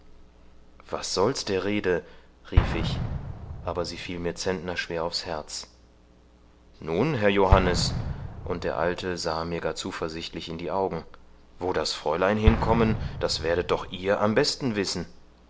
was soll's der rede rief ich aber sie fiel mir centnerschwer aufs herz nun herr johannes und der alte sahe mir gar zuversichtlich in die augen wo das fräulein hinkommen das werdet doch ihr am besten wissen